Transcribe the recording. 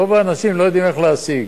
רוב האנשים לא יודעים איך להשיג.